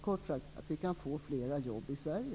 Kort sagt att vi kan få flera jobb i Sverige.